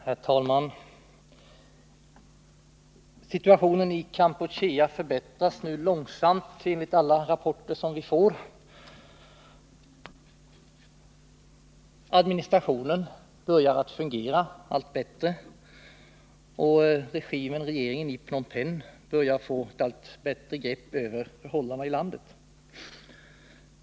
Herr talman! Situationen i Kampuchea förbättras nu långsamt enligt alla rapporter vi får. Administrationen börjar att fungera allt bättre, och regeringen i Phnom Penh börjar få ett allt fastare grepp om förhållandena i landet.